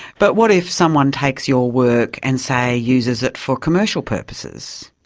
but what if someone takes your work and, say, uses it for commercial purposes?